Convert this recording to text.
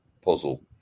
puzzle